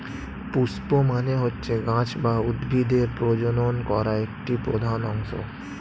পুস্প মানে হচ্ছে গাছ বা উদ্ভিদের প্রজনন করা একটি প্রধান অংশ